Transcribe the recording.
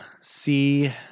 see